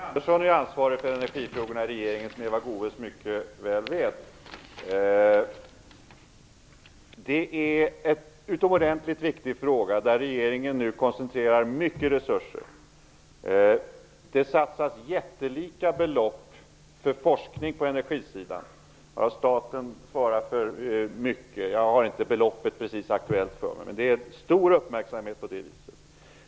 Herr talman! Jörgen Andersson är ansvarig för energifrågorna i regeringen, som Eva Goës mycket väl vet. Det är ett utomordentligt viktigt område, där regeringen nu koncentrerar stora resurser. Det satsas jättelika belopp för forskning på energisidan, varav staten svarar för mycket. Jag har inte beloppet precis aktuellt för mig, men frågan ägnas stor uppmärksamhet på det viset.